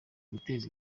guteza